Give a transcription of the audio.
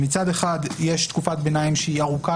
שמצב אחד יש תקופת ביניים שהיא ארוכה